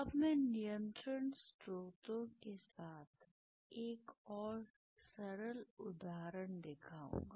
अब मैं नियंत्रण स्रोतों के साथ एक और सरल उदाहरण दिखाऊंगा